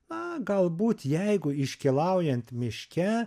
na galbūt jeigu iškylaujant miške